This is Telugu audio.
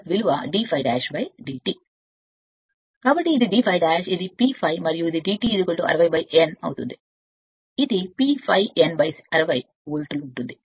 కాబట్టి ఇది d ∅' ఇది P P ∅ మరియు dt 60 N అవుతుంది ఇది P ∅ N 60 వోల్ట్లు నేరుగా ఉంటుంది